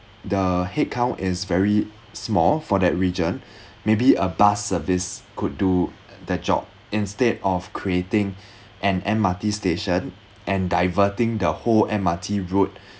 the headcount is very small for that region maybe a bus service could do the job instead of creating an M_R_T station and diverting the whole M_R_T route